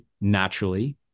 naturally